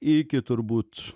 iki turbūt